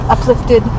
Uplifted